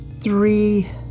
Three